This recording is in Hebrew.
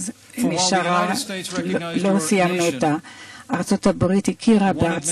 70 שנה ארצות הברית הייתה גאה להיות המדינה הראשונה בעולם שהכירה במדינת